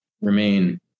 remain